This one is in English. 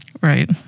Right